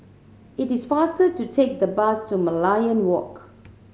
it is faster to take the bus to Merlion Walk